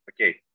okay